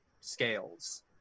scales